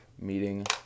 meeting